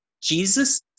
Jesus